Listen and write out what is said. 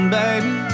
baby